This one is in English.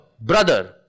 brother